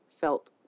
felt